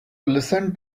listen